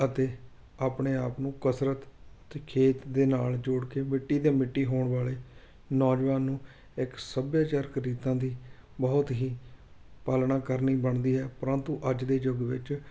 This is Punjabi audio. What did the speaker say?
ਅਤੇ ਆਪਣੇ ਆਪ ਨੂੰ ਕਸਰਤ ਅਤੇ ਖੇਤ ਦੇ ਨਾਲ ਜੋੜ ਕੇ ਮਿੱਟੀ ਦੇ ਮਿੱਟੀ ਹੋਣ ਵਾਲੇ ਨੌਜਵਾਨ ਨੂੰ ਇੱਕ ਸੱਭਿਆਚਾਰਕ ਰੀਤਾਂ ਦੀ ਬਹੁਤ ਹੀ ਪਾਲਣਾ ਕਰਨੀ ਬਣਦੀ ਹੈ ਪਰੰਤੂ ਅੱਜ ਦੇ ਯੁੱਗ ਵਿੱਚ